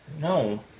No